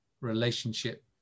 relationship